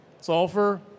sulfur